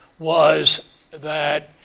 was that